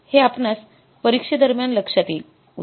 हे आपणास परीक्षे दरम्यान लक्ष्यात येईल